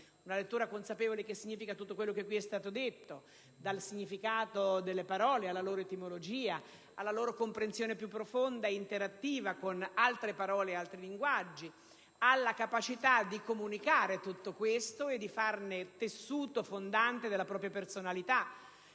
della lettura consapevole, che significa tutto ciò che è stato detto: dal significato delle parole alla loro etimologia, alla loro comprensione più profonda e interattiva con altre parole e linguaggi, alla capacità di comunicare e di farne tessuto fondante della propria personalità.